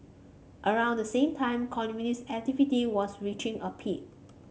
around the same time communist activity was reaching a peak